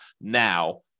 now